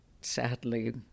sadly